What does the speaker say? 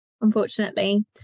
unfortunately